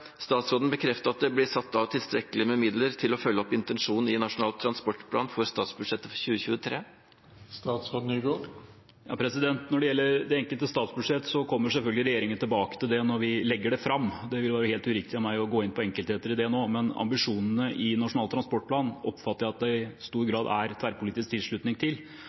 statsråden bekrefte at det blir satt av tilstrekkelig med midler til å følge opp intensjonen i Nasjonal transportplan i statsbudsjettet for 2023? Når det gjelder det enkelte statsbudsjett, kommer selvfølgelig regjeringen tilbake til det når vi legger det fram. Det vil være helt uriktig av meg å gå inn på enkeltheter i det nå. Men ambisjonene i Nasjonal transportplan oppfatter jeg at det i stor grad er tverrpolitisk tilslutning til,